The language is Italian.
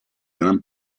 gran